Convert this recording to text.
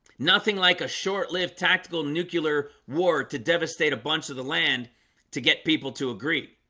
nothing, like a short-lived tactical nuclear war to devastate a bunch of the land to get people to agree